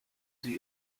sie